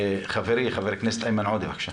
חברי חבר הכנסת איימן עודה, בבקשה.